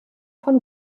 von